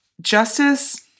justice